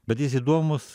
bet jis įdomus